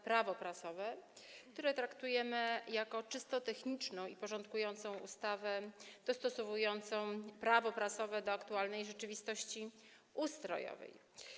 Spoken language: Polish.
Prawo prasowe, którą traktujemy jako czysto techniczną i porządkującą ustawę dostosowującą Prawo prasowe do aktualnej rzeczywistości ustrojowej.